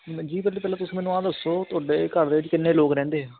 ਮਨਜੀਤ ਪਹਿਲਾਂ ਤੁਸੀਂ ਮੈਨੂੰ ਆਹ ਦੱਸੋ ਤੁਹਾਡੇ ਘਰ ਦੇ ਵਿੱਚ ਕਿੰਨੇ ਲੋਕ ਰਹਿੰਦੇ ਆ